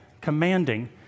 commanding